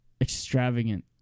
extravagant